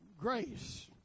grace